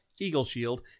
Eagleshield